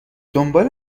دنبال